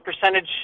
percentage